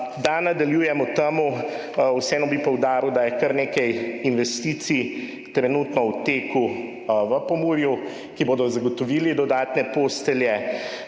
Da nadaljujem o tem, vseeno bi poudaril, da je kar nekaj investicij trenutno v teku v Pomurju, ki bodo zagotovile dodatne postelje.